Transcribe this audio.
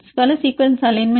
பல sequence alignment